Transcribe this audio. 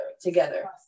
together